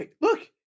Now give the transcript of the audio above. Look